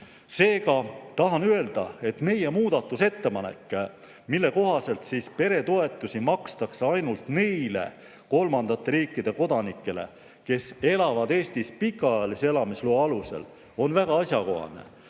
Seega tahan öelda, et meie muudatusettepanek, mille kohaselt peretoetusi makstakse ainult neile kolmandate riikide kodanikele, kes elavad Eestis pikaajalise elamisloa alusel, on väga asjakohane.